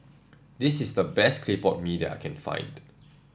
this is the best Clay Pot Mee that I can find